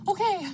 Okay